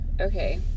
Okay